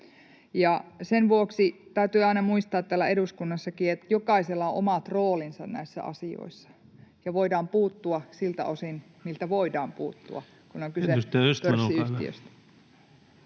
sen vuoksi täytyy aina muistaa täällä eduskunnassakin, että jokaisella on omat roolinsa näissä asioissa ja voidaan puuttua siltä osin, miltä voidaan puuttua, kun on kysymys pörssiyhtiöstä.